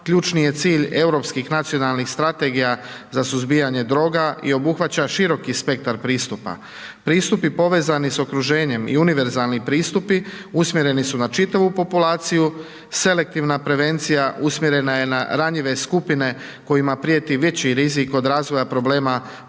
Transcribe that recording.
ključni je cilj europskih nacionalnih strategija za suzbijanje droga i obuhvaća široki spektar pristupa. Pristupi povezani s okruženjem i univerzalni pristupi, usmjereni su na čitavu populaciju, selektivna prevencija, usmjerena je na ranjive skupine, kojima prijeti, veći rizik, od razvoja problema